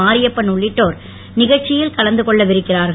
மாரியப்பன் உள்ளிட்டோர் நிகழச்சியில் கலந்து கொள்ள இருக்கிறார்கள்